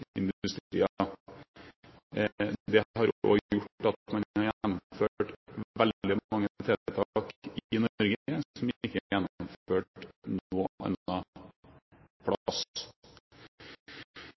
Det har også gjort at man har gjennomført veldig mange tiltak i Norge som ikke er gjennomført noe